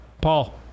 Paul